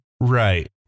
Right